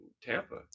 Tampa